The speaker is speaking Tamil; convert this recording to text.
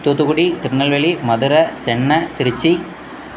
தூத்துக்குடி திருநெல்வேலி மதுரை சென்னை திருச்சி